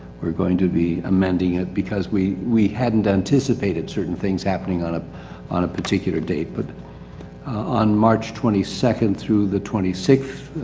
we're going to be amending it because we we hadn't anticipated certain things happening on ah on a particular date. but on march twenty-second through the twenty-sixth,